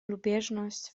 lubieżność